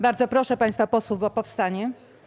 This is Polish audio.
Bardzo proszę państwa posłów o powstanie.